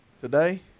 Today